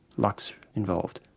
luck's involved.